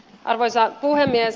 arvoisa puhemies